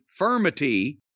firmity